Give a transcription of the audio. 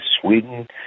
Sweden